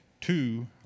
two